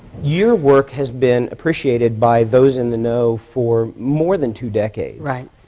your work has been appreciated by those in the know for more than two decades. right.